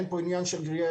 אין פה עניין של גריעה,